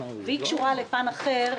והן קשורות לפן אחר.